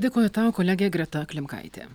dėkoju tau kolegė greta klimkaitė